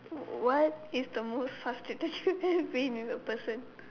what is the most frustrated you have been with a person